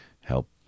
help